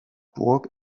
burg